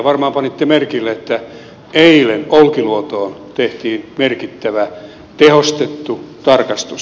varmaan panitte merkille että eilen olkiluotoon tehtiin merkittävä tehostettu tarkastus